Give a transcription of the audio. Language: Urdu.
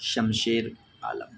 شمشیر عالم